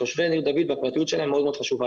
תושבי ניר דוד והפרטיות שלהם מאוד מאוד חשובה